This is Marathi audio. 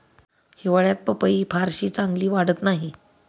हिवाळ्यात पपई फारशी चांगली वाढत नाही